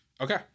Okay